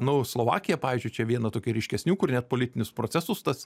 nu slovakija pavyzdžiui čia viena tokia ryškesnių kur net politinius procesus tas